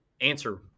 answer